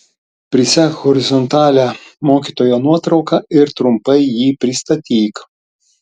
prisek horizontalią mokytojo nuotrauką ir trumpai jį pristatyk